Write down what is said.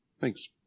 Thanks